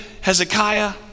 Hezekiah